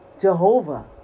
Jehovah